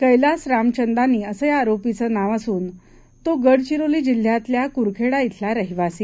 कैलास रामचंदानी असं या आरोपीचं नाव असून तो गडघिरोली जिल्ह्यातल्या कुरखेडा श्वला रहिवासी आहे